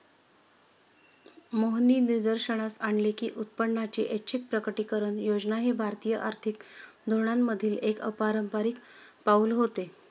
मोहननी निदर्शनास आणले की उत्पन्नाची ऐच्छिक प्रकटीकरण योजना हे भारतीय आर्थिक धोरणांमधील एक अपारंपारिक पाऊल होते